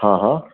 હા હા